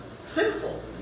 sinful